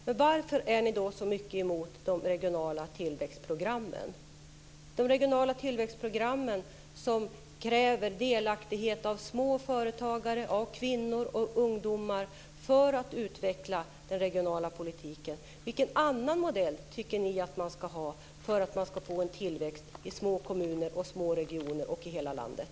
Men varför är ni då så emot de regionala tillväxtprogrammen, som kräver delaktighet av små företagare, av kvinnor och av ungdomar för att utveckla den regionala politiken? Vilken annan modell tycker ni att man ska ha för att få tillväxt i små kommuner, i små regioner och i hela landet?